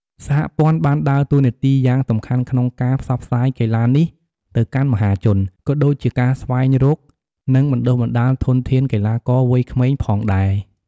សហព័ន្ធបានដើរតួនាទីយ៉ាងសំខាន់ក្នុងការផ្សព្វផ្សាយកីឡានេះទៅកាន់មហាជន ក៏ដូចជាការស្វែងរក និងបណ្ដុះបណ្ដាលធនធានកីឡាករវ័យក្មេងផងដែរ។